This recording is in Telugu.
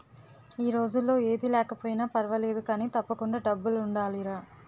ఈ రోజుల్లో ఏది లేకపోయినా పర్వాలేదు కానీ, తప్పకుండా డబ్బులుండాలిరా